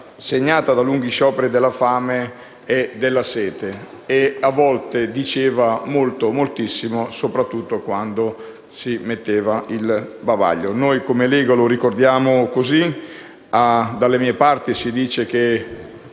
segnata da lunghi scioperi della fame e della sete. A volte diceva molto, moltissimo, soprattutto quando si metteva il bavaglio. Noi, come Lega, lo ricordiamo così. Dalla mie parti però si dice che